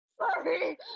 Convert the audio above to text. sorry